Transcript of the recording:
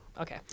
okay